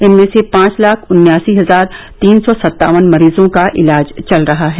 इनमें से पांच लाख उन्यासी हजार तीन सौ सत्तावन मरीजों का इलाज चल रहा है